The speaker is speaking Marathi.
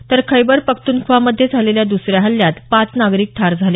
तर खैबर पख्तूनख्वॉ मध्ये झालेल्या दुसऱ्या हल्ल्यात पाच नागरिक ठार झाले